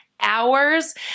hours